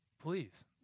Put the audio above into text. please